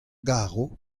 garo